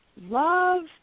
love